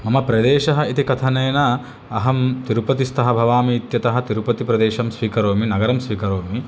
मम प्रदेशः इति कथनेन अहं तिरुपतिस्थः भवामि इत्यतः तिरुपतिप्रदेशं स्वीकरोमि नगरं स्वीकरोमि